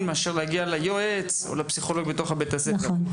מאשר להגיע ליועץ או לפסיכולוג בתוך בתי הספר.